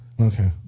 Okay